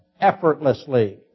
effortlessly